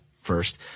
first